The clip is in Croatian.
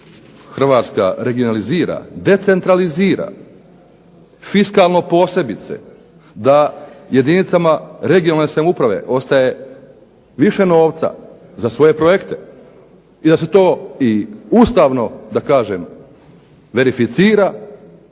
Hrvatska regionalizira, decentralizira, fiskalno posebice, da jedinicama regionalne samouprave ostane više novca za svoje projekte, i da se to i ustavno da kažem verificira,